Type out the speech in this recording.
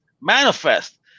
Manifest